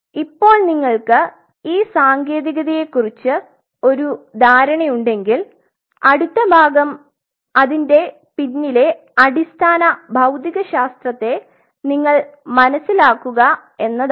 ഇപ്പോൾ നിങ്ങൾക്ക് ഈ സാങ്കേതികതയെക്കുറിച്ച് ഒരു ധാരണയുണ്ടെങ്കിൽ അടുത്ത ഭാഗം അതിന്റെ പിന്നിലെ അടിസ്ഥാന ഭൌതികശാസ്ത്രത്തെ നിങ്ങൾ മനസ്സിലാക്കുക എന്നാണ്